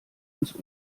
ans